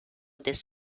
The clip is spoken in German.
des